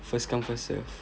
first come first serve